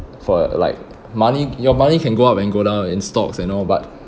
for like money your money can go up and go down in stocks you know but